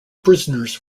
prisoners